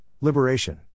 liberation